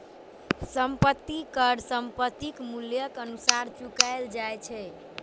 संपत्ति कर संपत्तिक मूल्यक अनुसार चुकाएल जाए छै